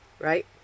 Right